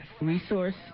resource